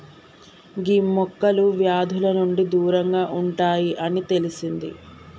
గీ మొక్కలు వ్యాధుల నుండి దూరంగా ఉంటాయి అని తెలిసింది